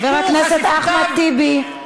חבר הכנסת אחמד טיבי.